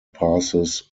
passes